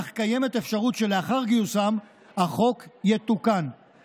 אך קיימת אפשרות שלאחר גיוסם החוק יתוקן,